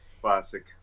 classic